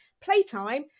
Playtime